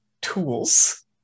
tools